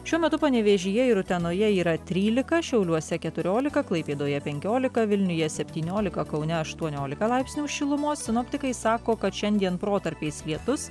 šiuo metu panevėžyje ir utenoje yra trylika šiauliuose keturiolika klaipėdoje penkiolika vilniuje septyniolika kaune aštuoniolika laipsnių šilumos sinoptikai sako kad šiandien protarpiais lietus